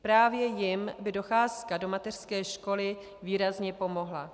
Právě jim by docházka do mateřské školy výrazně pomohla.